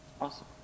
Awesome